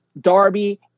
Darby